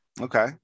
Okay